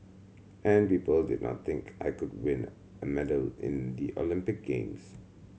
and people did not think I could win a medal in the Olympic games